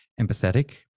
empathetic